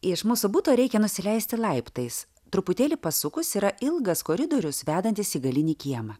iš mūsų buto reikia nusileisti laiptais truputėlį pasukus yra ilgas koridorius vedantis į galinį kiemą